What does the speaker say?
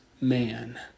man